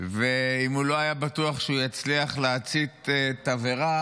ואם הוא לא היה בטוח שהוא יצליח להצית תבערה